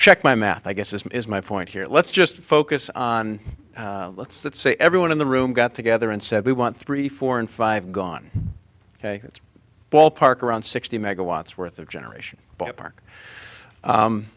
check my math i guess this is my point here let's just focus on let's that say everyone in the room got together and said we want three four and five gone ok it's a ballpark around sixty megawatts worth of generation ballpark